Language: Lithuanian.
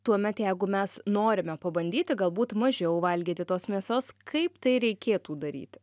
tuomet jeigu mes norime pabandyti galbūt mažiau valgyti tos mėsos kaip tai reikėtų daryti